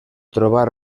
trobar